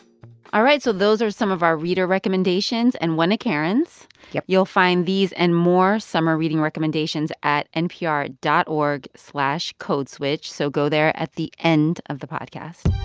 all right, so those are some of our reader recommendations and one of karen's yep you'll find these and more summer reading recommendations at npr dot org slash codeswitch. so go there at the end of the podcast